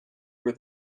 were